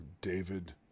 david